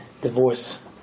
divorce